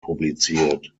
publiziert